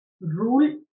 rule